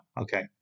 Okay